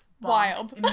Wild